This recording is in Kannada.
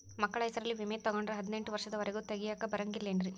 ಮಕ್ಕಳ ಹೆಸರಲ್ಲಿ ವಿಮೆ ತೊಗೊಂಡ್ರ ಹದಿನೆಂಟು ವರ್ಷದ ಒರೆಗೂ ತೆಗಿಯಾಕ ಬರಂಗಿಲ್ಲೇನ್ರಿ?